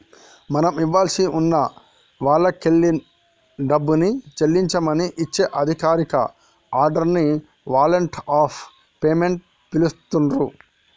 మనం ఇవ్వాల్సి ఉన్న వాల్లకెల్లి డబ్బుని చెల్లించమని ఇచ్చే అధికారిక ఆర్డర్ ని వారెంట్ ఆఫ్ పేమెంట్ పిలుత్తున్రు